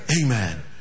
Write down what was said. Amen